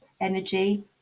energy